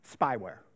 spyware